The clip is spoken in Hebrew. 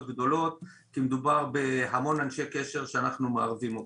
גדולות כי מדובר בהמון אנשי קשר שאנחנו מערבים אותם.